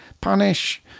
punish